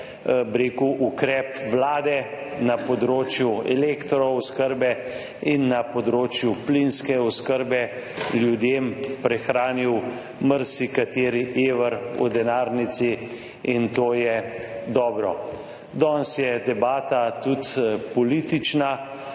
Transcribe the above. rekel, ukrep Vlade na področju elektrooskrbe in na področju plinske oskrbe ljudem prihranil marsikateri evro v denarnici in to je dobro. Danes je debata tudi politična.